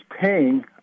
paying